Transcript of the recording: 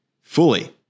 fully